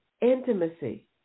intimacy